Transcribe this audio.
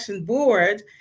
Board